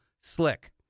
slick